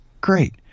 great